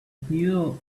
knew